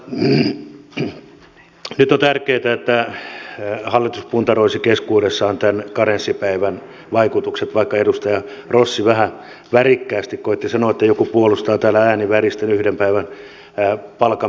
nyt on tärkeätä että hallitus puntaroisi keskuudessaan tämän karenssipäivän vaikutukset vaikka edustaja rossi vähän värikkäästi koetti sanoa että joku puolustaa täällä ääni väristen yhden päivän palkan menettämistä